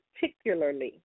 particularly